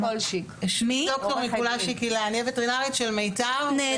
ד"ר מיקולשיק הילה, אני הווטרינרית של מיתר.